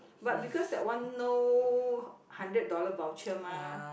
but because that one no hundred dollar voucher mah